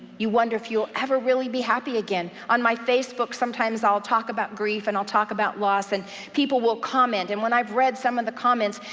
you wonder if you'll ever really be happy again. on my facebook, sometimes i'll talk about grief, and i'll talk about loss, and people will comment, and when i've read some of the comments,